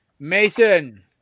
Mason